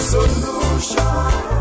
Solution